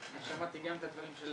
שמעתי גם את הדברים של